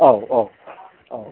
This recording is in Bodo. औ औ औ